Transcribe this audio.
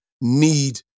need